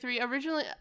Originally